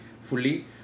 fully